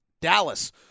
Dallas